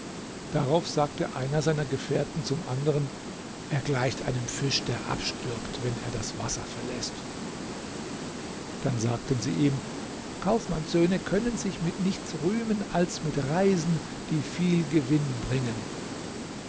darauf sagte einer seiner gefährten zum andern er gleicht einem fisch der abstirbt wenn er das wasser verläßt dann sagten sie ihm kaufmannssöhne können sich mit nichts rühmen als mit reisen die viel gewinn bringen